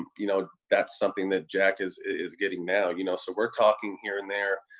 um you know, that's something that jack is is getting now, you know? so we're talking here and there.